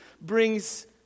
brings